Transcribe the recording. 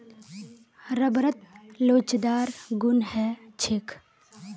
रबरत लोचदार गुण ह छेक